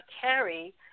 carry